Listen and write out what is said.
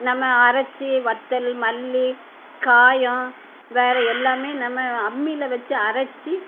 நம்ம அரைச்சு வற்றல் மல்லி காயம் வேறு எல்லாமே நம்ம அம்மியில் வைச்சு அரைச்சு